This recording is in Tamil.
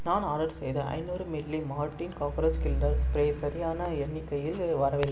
நான் ஆடர் செய்த ஐநூறு milli Mortein cockroach killer spray சரியான எண்ணிக்கையில் வரவில்லை